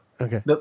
Okay